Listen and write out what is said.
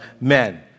men